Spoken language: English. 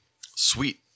Sweet